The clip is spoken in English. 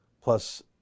plus